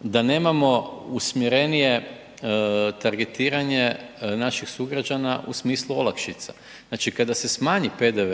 da nemamo usmjerenije targetiranje naših sugrađana u smislu olakšica. Znači kada se smanji PDV,